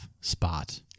spot